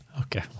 Okay